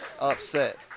upset